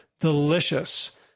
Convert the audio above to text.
delicious